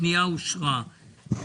הצבעה בעד רוב גדול אושר.